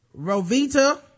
Rovita